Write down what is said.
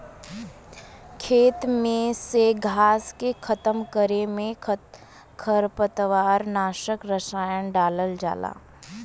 खेते में से घास के खतम करे में खरपतवार नाशक रसायन डालल जाला